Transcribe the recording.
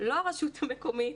לא הרשות המקומית,